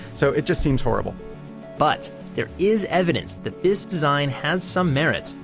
so, it just seems horrible but there is evidence that this design has some merit,